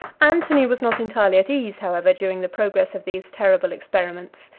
antony was not entirely at ease, however, during the progress of these terrible experiments.